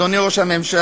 אדוני ראש הממשלה,